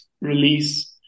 release